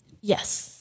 Yes